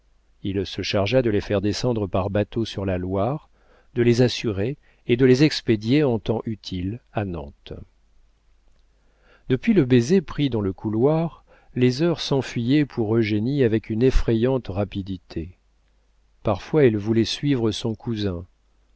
il se chargea de les faire descendre par bateau sur la loire de les assurer et de les expédier en temps utile à nantes depuis le baiser pris dans le couloir les heures s'enfuyaient pour eugénie avec une effrayante rapidité parfois elle voulait suivre son cousin